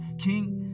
King